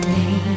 Day